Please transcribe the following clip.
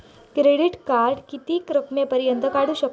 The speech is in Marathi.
क्रेडिट कार्ड किती रकमेपर्यंत काढू शकतव?